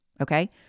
Okay